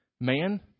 man